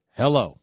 hello